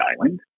island